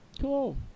cool